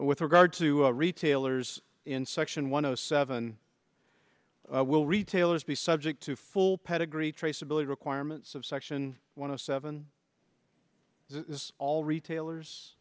with regard to retailers in section one zero seven will retailers be subject to full pedigree traceability requirements of section one of seven all retailers